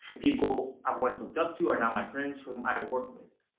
people i've once looked up to are now my friends whom i worked with.